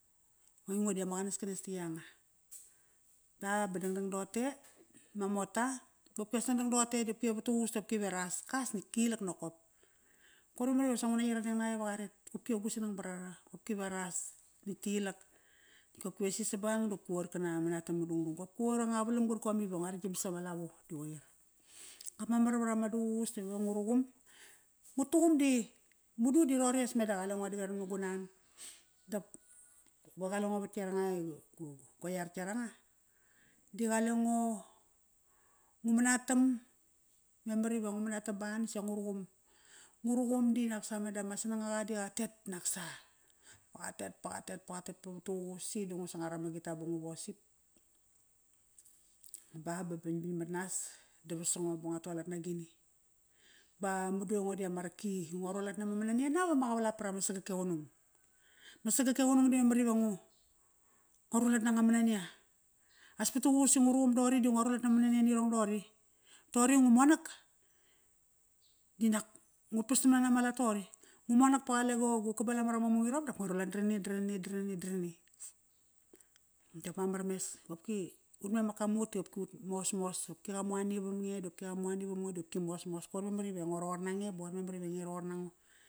Baingo diama qanaskanes di yanga. Ba, ba dangdang toqote, ma mota bopkias dangdang toqote diopki ve duququs tiopkive ve ras. Kas nitk kilak nokop. Koir memar ivasa ngu na yiradeng naqa iva qaret. Qopki va ras natk tilak. Qopki ve si sabangang di qopki qoir kana manatam ma dungdung. Qopki qoir anga qavalam qarkom ive ngu rigam sama lavo, di qoir. Qop mamar varama duququs ti ve ngu ruqum, ngu tuqum di mudu di roqori as meda qale ngo daveram na gu nan. Dap qalengo vat yaranga i go yar yaranga. Di qale ngo ngu manatam. Memar iva ngu, ngu manatam ba natk sa nguruqum. Nguruqum di naska me dama sanang aqa di qatet naksa, ba qatet, ba qatet, ba qatet, ba vatuququs. Si di ngu, ngu sangar ama guitar ba ngu worship. Ba, ba bangbing matnas da vasango ba ngua tualat nagini. Ba madu i ngo diama raki, ngua rualat nama manania nap ama qavalap parama sagak e qunung. Ma sagak e qunung di memar ive ngu, ngua rualat nanga manania. As patuququs i ngu ruqum toqori di ngua rualat na manania nirong doqori. Toqori ngu monak, dinak ngut pastamna nama lat toqori. Ngu monak pa qale gugu kabala marama mung irom dap ngo rualat na rani da rani, da rani, da rani. Dap mamar mes qopki ut memak ka mut ti qa mut mosmos. Qopki qamu ani vamge dopki qamu ani vamngo dopki mosmos koir memar ive nge roqor nango